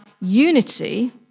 unity